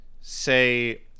say